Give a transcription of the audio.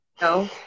No